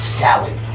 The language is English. salad